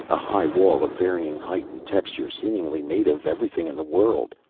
a high wall, of varying height and texture, seemingly made of everything in the world.